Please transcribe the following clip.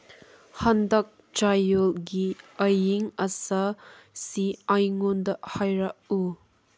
ꯍꯟꯗꯛ ꯆꯌꯣꯜꯒꯤ ꯑꯌꯤꯡ ꯑꯁꯥꯁꯤ ꯑꯩꯉꯣꯟꯗ ꯍꯥꯏꯔꯛꯎ